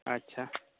ᱟᱪᱪᱷᱟ